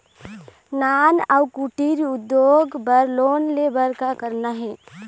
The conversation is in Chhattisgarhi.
नान अउ कुटीर उद्योग बर लोन ले बर का करना हे?